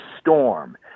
storm